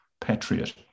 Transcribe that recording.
Patriot